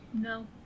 No